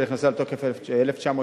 שנכנסה לתוקף ב-1984,